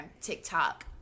tiktok